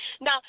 Now